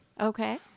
Okay